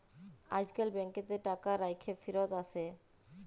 আইজকাল ব্যাংকেতে টাকা রাইখ্যে ফিরত টাকা আসে